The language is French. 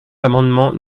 l’amendement